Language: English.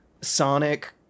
Sonic